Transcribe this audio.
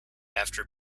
after